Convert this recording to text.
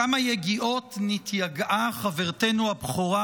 כמה יגיעות נתייגעה חברתנו הבכורה,